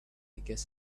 guess